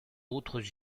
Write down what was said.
autres